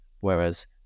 Whereas